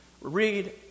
Read